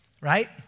right